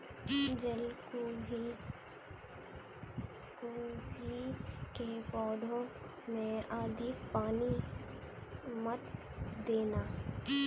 जलकुंभी के पौधों में अधिक पानी मत देना